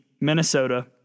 Minnesota